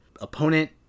opponent